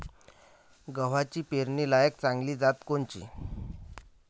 गव्हाची पेरनीलायक चांगली जात कोनची?